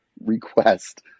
request